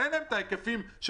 אבל אין להם את ההיקפים שדרשו.